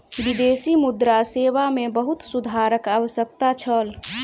विदेशी मुद्रा सेवा मे बहुत सुधारक आवश्यकता छल